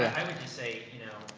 i would just say,